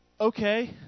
okay